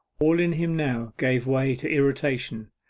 all in him now gave way to irritation,